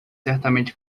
certamente